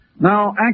Now